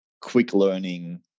quick-learning